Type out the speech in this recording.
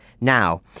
now